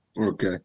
Okay